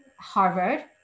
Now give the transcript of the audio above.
Harvard